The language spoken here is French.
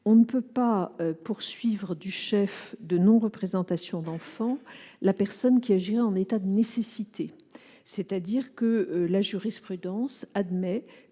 on ne peut pas poursuivre du chef de non-représentation d'enfant la personne qui agirait en état de nécessité. La jurisprudence admet